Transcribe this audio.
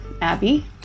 Abby